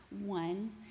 one